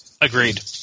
Agreed